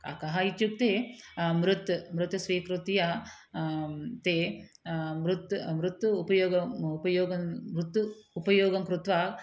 काकः इत्युक्ते मृत् मृत् स्वीकृत्य ते मृत् मृत् उपयोगं उपयोगं मृत् उपयोगं कृत्वा